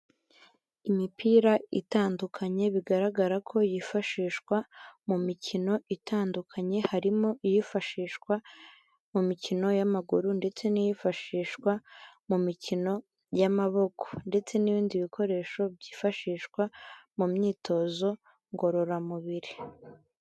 Imipira itandukanye bigaragara ko yifashishwa mu mikino itandukanye harimo iyifashishwa mu mikino y'amaguru ndetse n'iyifashishwa mu mikino y'amaboko ndetse n'ibindi bikoresho byifashishwa mu myitozo ngororamubiri.